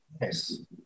nice